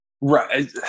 Right